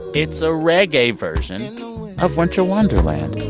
it's a reggae version of winter wonderland.